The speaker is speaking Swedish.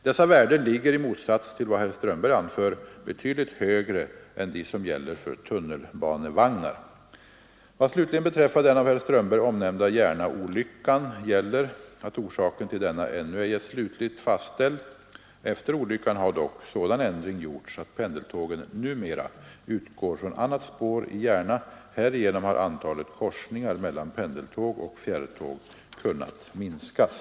Dessa värden ligger i motsats till vad herr Strömberg anför betydligt högre än de som gäller för tunnelbanevagnar. Vad slutligen beträffar den av herr Strömberg omnämnda Järnaolyckan gäller att orsaken till denna ännu ej är slutligt fastställd. Efter olyckan har dock sådan ändring gjorts att pendeltågen numera utgår från annat spår i Järna. Härigenom har antalet korsningar mellan pendeltåg och fjärrtåg kunnat minskas.